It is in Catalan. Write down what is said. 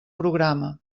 programa